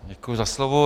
Děkuji za slovo.